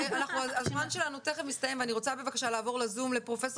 הזמן שלנו תכף מסתיים ואני רוצה בבקשה לעבור לזום לפרופ'